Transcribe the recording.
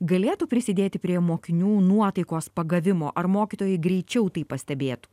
galėtų prisidėti prie mokinių nuotaikos pagavimo ar mokytojai greičiau tai pastebėtų